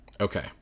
Okay